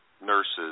nurses